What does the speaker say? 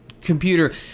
computer